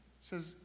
says